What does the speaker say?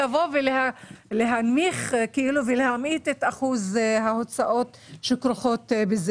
להנמיך את אחוז ההוצאות שכרוכות בכך.